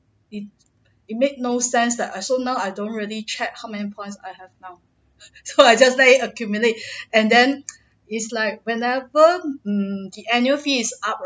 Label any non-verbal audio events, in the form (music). it it made no sense that I so now I don't really check how many points now (laughs) so I just let it accumulate and then is like whenever um the annual fees is out right